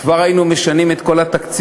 כבר היו משנים את כל התקציב,